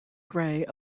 grey